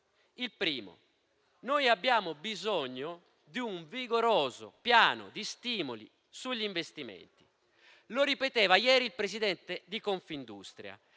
Il primo: abbiamo bisogno di un vigoroso piano di stimoli sugli investimenti. Lo ripeteva ieri il presidente di Confindustria